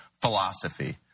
philosophy